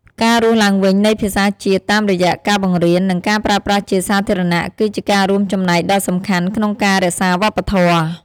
ការរស់ឡើងវិញនៃភាសាជាតិ តាមរយៈការបង្រៀន និងការប្រើប្រាស់ជាសាធារណៈគឺជាការរួមចំណែកដ៏សំខាន់ក្នុងការរក្សាវប្បធម៌។